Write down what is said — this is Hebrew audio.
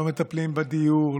לא מטפלים בדיור,